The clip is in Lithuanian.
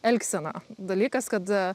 elgsena dalykas kad